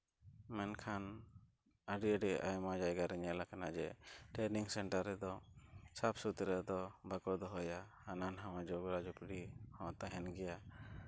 ᱢᱮᱱᱠᱷᱟᱱ ᱟᱹᱰᱤ ᱟᱹᱰᱤ ᱟᱭᱢᱟ ᱡᱟᱭᱜᱟᱨᱮ ᱧᱮᱞᱟᱠᱟᱱᱟ ᱡᱮ ᱴᱨᱮᱱᱤᱝ ᱥᱮᱱᱴᱟᱨ ᱨᱮᱫᱚ ᱥᱟᱯᱷᱼᱥᱩᱛᱨᱟᱹ ᱫᱚ ᱵᱟᱠᱚ ᱫᱚᱦᱚᱭᱟ ᱦᱟᱱᱟ ᱱᱚᱣᱟ ᱡᱚᱵᱽᱨᱟᱼᱡᱚᱠᱲᱤ ᱦᱚᱸ ᱛᱟᱦᱮᱸᱱ ᱜᱮᱭᱟ